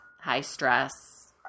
high-stress